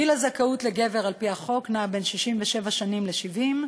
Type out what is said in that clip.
גיל הזכאות לגבר על-פי החוק נע בין 67 שנים ל-70,